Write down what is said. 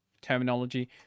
Terminology